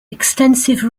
extensive